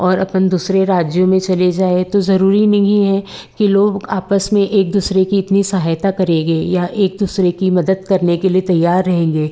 और अपन दूसरे राज्यों में चल जाएँ तो ज़रूरी नहीं है कि लोग आपस में एक दूसरे की इतनी सहायता करेंगे या एक दूसरे की मदद करने के लिए तैयार रहेंगे